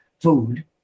food